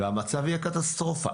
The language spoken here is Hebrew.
והמצב יהיה קטסטרופה.